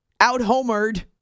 out-homered